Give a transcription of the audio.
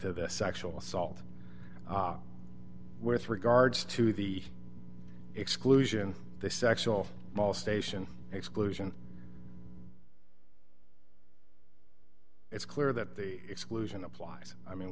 to this sexual assault with regards to the exclusion they sexual molestation exclusion it's clear that the exclusion applies i mean